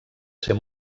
ser